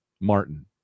Martin